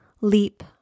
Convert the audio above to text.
Leap